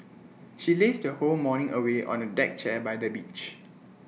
she lazed her whole morning away on A deck chair by the beach